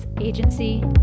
agency